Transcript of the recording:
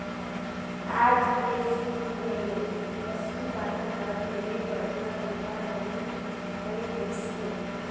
आज के जुग मे पसु पालन हर ढेरे बड़का बेपार हो होय गईस हे